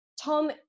Tom